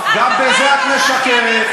גם בזה את משקרת.